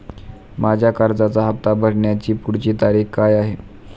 माझ्या कर्जाचा हफ्ता भरण्याची पुढची तारीख काय आहे?